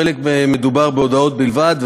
בחלק מדובר בהודעות בלבד,